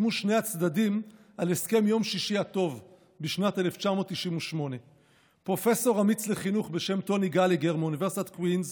חתמו שני הצדדים על הסכם יום שישי הטוב בשנת 1998. פרופסור אמיץ לחינוך בשם טוני גלאגר מאוניברסיטת קווינס